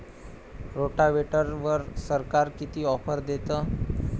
रोटावेटरवर सरकार किती ऑफर देतं?